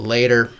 Later